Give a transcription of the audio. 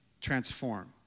transform